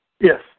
Yes